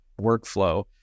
workflow